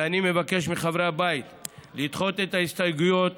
ואני מבקש מחברי הבית לדחות את ההסתייגויות